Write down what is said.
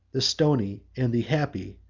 the stony, and the happy,